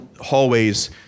hallways